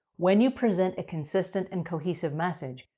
when you present a consistent and cohesive message,